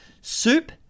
soup